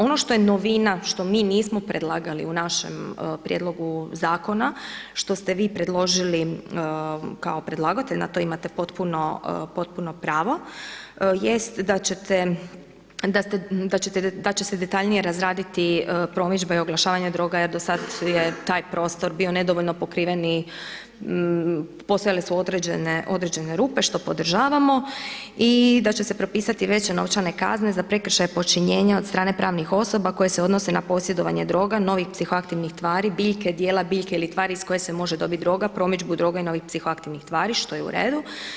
Ono što je novina, što mi nismo predlagali u našem prijedlogu zakona, što ste vi predložili kao predlagatelj, na to imate potpuno pravo, jest da će se detaljnije razraditi promidžba i oglašavanje droga, jer do sada je taj prostor bio nedovoljno pokriveni postajale su određene rupe, što podržavamo i da će se propisati veće novčane kazne za prekršaje počinjenja od strane pravnih osoba, koje se odnose na posjedovanje roba, novih psihoaktivnih tvari, biljke dijela, biljke ili tvari iz kojih se može dobiti droga, promidžbu droga i novih psihoaktivnih tvari što je u redu.